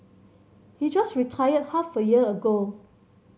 he just retired half a year ago